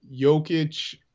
Jokic